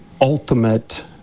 ultimate